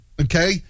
okay